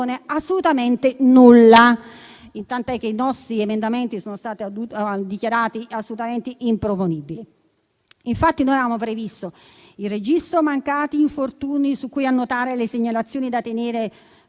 Assolutamente nulla, tant'è che i nostri emendamenti sono stati dichiarati improponibili. Avevamo previsto il registro mancati infortuni su cui annotare le segnalazioni sulla